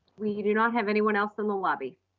we do not have anyone else in the lobby.